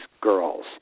girls